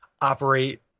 operate